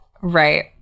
Right